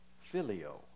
filio